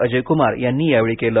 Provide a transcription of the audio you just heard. अजय कुमार यांनी यावेळी केलं